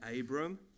Abram